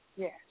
Yes